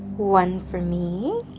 one for me